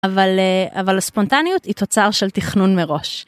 אבל אבל הספונטניות היא תוצר של תכנון מראש.